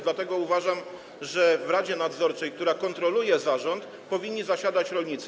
Dlatego uważam, że w radzie nadzorczej, która kontroluje zarząd, powinni zasiadać rolnicy.